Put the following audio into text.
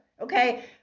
okay